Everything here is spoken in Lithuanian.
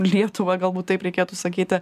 lietuvą galbūt taip reikėtų sakyti